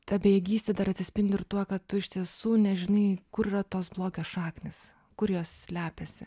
ta bejėgystė dar atsispindi ir tuo kad tu iš tiesų nežinai kur yra tos blogio šaknys kur jos slepiasi